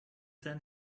then